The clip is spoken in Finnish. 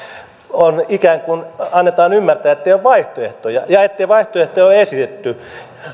ikään kuin annetaan ymmärtää ettei ole vaihtoehtoja ja ettei vaihtoehtoja ole esitetty